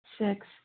Six